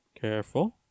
Careful